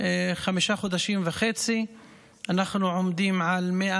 אחרי חמישה חודשים וחצי אנחנו עומדים על 102